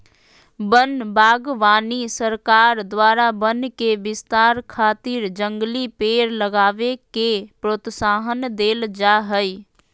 वन बागवानी सरकार द्वारा वन के विस्तार खातिर जंगली पेड़ लगावे के प्रोत्साहन देल जा हई